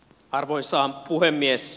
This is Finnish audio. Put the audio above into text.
arvoisa puhemies